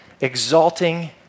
exalting